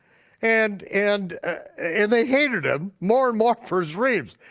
and and and they hated him more and more for his dreams.